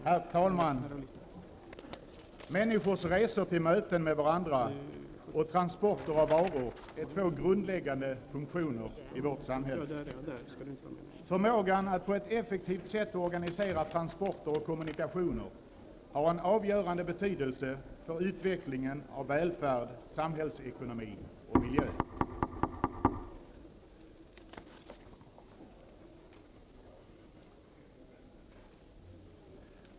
Herr talman! Människors resor till möten med varandra och transporter av varor är två grundläggande funktioner i samhället. Förmågan att på ett effektivt sätt organisera transporter och kommunkationer har en avgörande betydelse för utvecklingen av välfärd, samhällsekonomi och miljö.